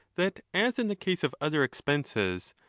that as in the case of other expenses,